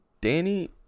Danny